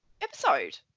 episode